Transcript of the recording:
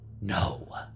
no